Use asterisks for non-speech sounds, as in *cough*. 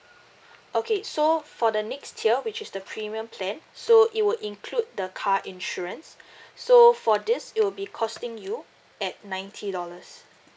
okay so for the next tier which is the premium plan so it would include the car insurance *breath* so for this it'll be costing you at ninety dollars